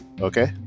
Okay